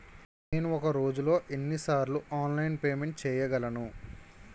నేను ఒక రోజులో ఎన్ని సార్లు ఆన్లైన్ పేమెంట్ చేయగలను?